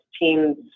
teams